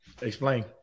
Explain